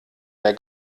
mehr